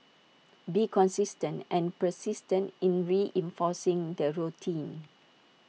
be consistent and persistent in reinforcing the routine